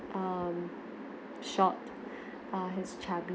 um short err he's chub~